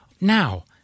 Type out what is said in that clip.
Now